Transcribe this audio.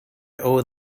owe